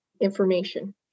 information